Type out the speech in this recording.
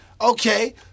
Okay